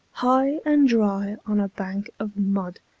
high and dry on a bank of mud,